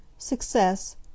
Success